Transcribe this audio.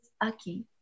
Aki